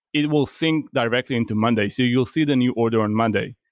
it will sync directly into monday. so you'll see the new order on monday.